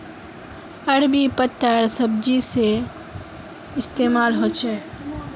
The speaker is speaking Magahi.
अरबी पत्तार सब्जी सा इस्तेमाल होछे